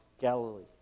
Galilee